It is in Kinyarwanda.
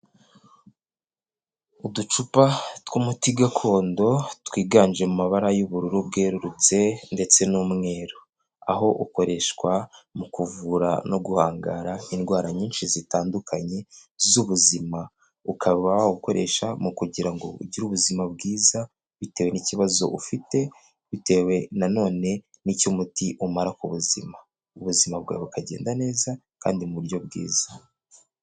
Uducupa tw'umuti gakondo twiganje mu mabara y'ubururu bwerurutse ndetse n'umweru, aho ukoreshwa mu kuvura no guhangara indwara nyinshi zitandukanye z'ubuzima. Ukaba ukoresha mu kugira ngo ugire ubuzima bwiza bitewe n'ikibazo ufite bitewe na none n'icyo umuti umara ku buzima. Ubuzima bwawe bukagenda neza kandi mu buryo bwiza.